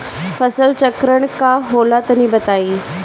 फसल चक्रण का होला तनि बताई?